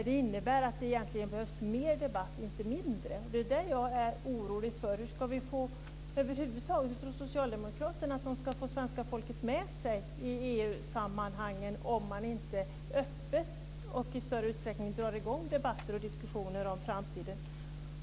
Det innebär att det egentligen behövs mer debatt och inte mindre. Det är därför som jag är orolig. Hur tror socialdemokraterna att de ska få svenska folket med sig i EU-sammanhangen om man inte öppet och i större utsträckning drar i gång debatter och diskussioner om framtiden?